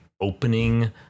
opening